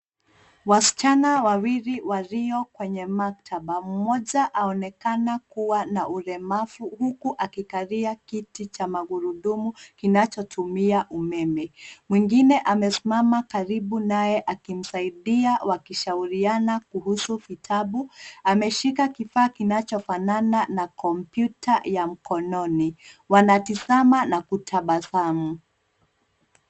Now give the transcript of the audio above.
Wasichana wawili walio kwenye maktaba, mmoja aonekana kuwa na ulemavu huku akikalia kiti cha magurudumu kinachotumia umeme. Mwingine amesimama karibu naye akimsaidia wakishauriana kuhusu vitabu. Ameshika kifaa kinachofanana na kompyuta ya mkononi. Wanatazama na kutabasamu.